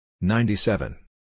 ninety-seven